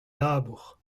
labour